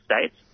States